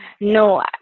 No